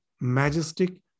majestic